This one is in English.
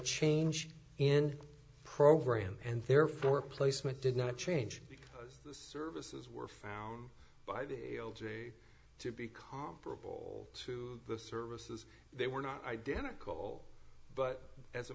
change in program and therefore placement did not change services were found by the day to be comparable to the services they were not identical but as a